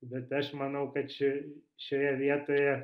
bet aš manau kad čia šioje vietoje